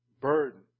Burden